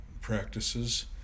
practices